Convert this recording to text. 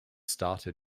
started